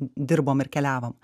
dirbom ir keliavom